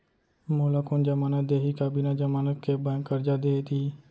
मोला कोन जमानत देहि का बिना जमानत के बैंक करजा दे दिही?